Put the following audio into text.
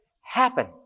happen